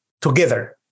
together